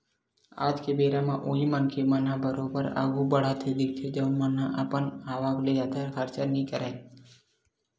आज के बेरा म उही मनखे मन ह बरोबर आघु बड़हत दिखथे जउन मन ह अपन आवक ले जादा खरचा नइ करय